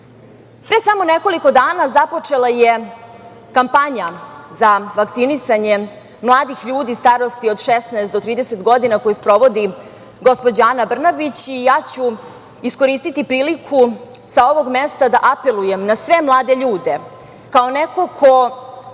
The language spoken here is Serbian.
samo nekoliko dana započela je kampanja za vakcinisanje mladih ljudi starosti od 16 do 30 godina, koju sprovodi gospođa Ana Brnabić i ja ću iskoristiti priliku sa ovog mesta da apelujem na sve mlade ljude, kao neko ko